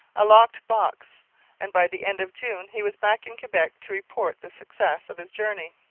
a locked box and by the end of june he was back in quebec to report the success of his journey.